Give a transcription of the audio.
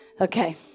Okay